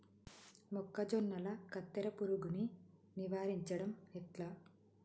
మొక్కజొన్నల కత్తెర పురుగుని నివారించడం ఎట్లా?